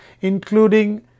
including